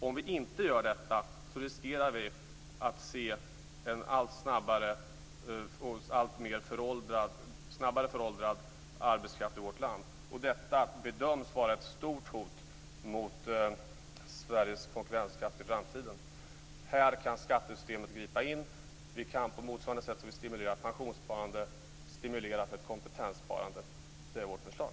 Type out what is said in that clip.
Om vi inte gör detta riskerar vi att se en allt snabbare föråldrad arbetskraft i vårt land. Detta bedöms vara ett stort hot mot Sveriges konkurrenskraft i framtiden. Här kan skattesystemet gripa in. Vi kan på motsvarande sätt som vi stimulerar pensionssparande stimulera för ett kompetenssparande. Det är vårt förslag.